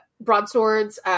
broadswords